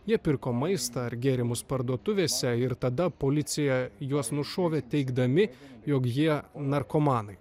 jie pirko maistą ar gėrimus parduotuvėse ir tada policija juos nušovė teigdami jog jie narkomanai